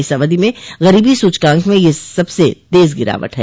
इस अवधि में गरीबी सूचकांक में यह सबसे तेज गिरावट है